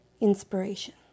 inspiration